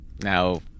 Now